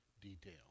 detail